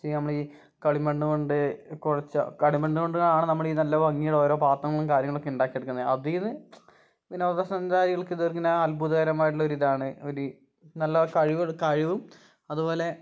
ചെയ്യുക നമ്മൾ ഈ കളിമണ്ണ് കൊണ്ട് കുഴച്ച കളിമണ്ണ് കൊണ്ടാണ് നമ്മൾ ഈ നല്ല ഭംഗിയുടെ ഓരോ പാത്രങ്ങളും കാര്യങ്ങളൊക്കെ ഉണ്ടാക്കി എടുക്കുന്നത് അതിൽ നിന്ന് വിനോദസഞ്ചാരികൾക്ക് ഇത് എങ്ങനെ അത്ഭുതകരമായിട്ടുള്ള ഒരിതാണ് ഒര് നല്ല കഴിവ് കഴിവും അതുപോലെ